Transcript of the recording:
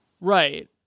Right